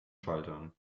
schaltern